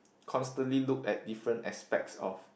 constantly look at different expects of